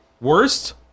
worst